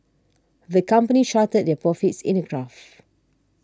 the company charted their profits in a graph